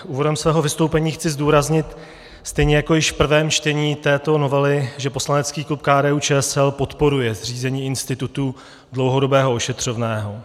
Úvodem svého vystoupení chci zdůraznit stejně jako již v prvém čtení této novely, že poslanecký klub KDUČSL podporuje zřízení institutu dlouhodobého ošetřovného.